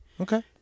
Okay